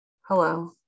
Hello